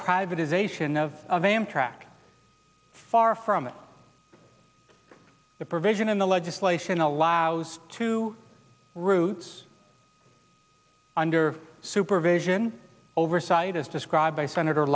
privatization of of amtrak far from it the provision in the legislation allows two routes under supervision oversight as described by senator